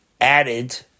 added